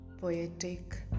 poetic